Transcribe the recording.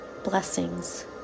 Blessings